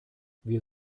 wir